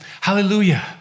Hallelujah